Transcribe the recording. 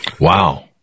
Wow